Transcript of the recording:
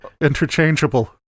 interchangeable